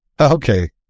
Okay